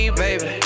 baby